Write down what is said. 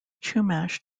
chumash